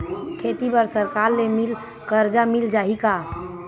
खेती बर सरकार ले मिल कर्जा मिल जाहि का?